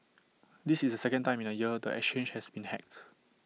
this is the second time in A year the exchange has been hacked